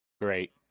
great